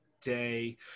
day